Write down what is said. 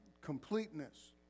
completeness